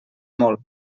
molt